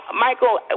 Michael